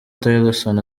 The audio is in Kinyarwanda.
tillerson